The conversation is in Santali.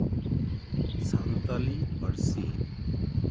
ᱥᱟᱱᱛᱟᱞᱤ ᱯᱟᱹᱨᱥᱤ